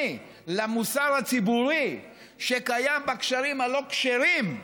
למוסר הציבורי שקיים בקשרים הלא-כשרים,